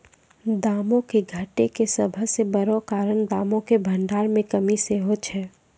दामो के घटै के सभ से बड़ो कारण दामो के भंडार मे कमी सेहे छै